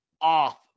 off